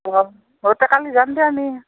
অঁ গতে কাইলৈ যাম দিয়া আমি